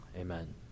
Amen